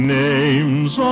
names